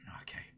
okay